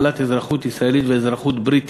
בעלת אזרחות ישראלית ואזרחות בריטית,